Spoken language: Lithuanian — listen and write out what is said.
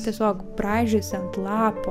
tiesiog braižaisi ant lapo